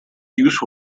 use